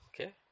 Okay